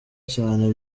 cyane